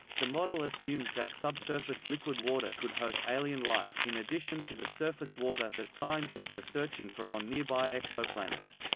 the model assumes that subsurface liquid water could host alien life, in addition to the surface water that scientists are searching for on nearby exoplanets.